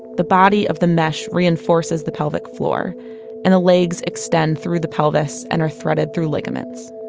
the body of the mesh reinforces the pelvic floor and the legs extend through the pelvis and are threaded through ligaments.